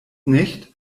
nicht